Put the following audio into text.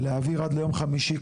להעביר עד ליום חמישי,